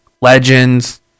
Legends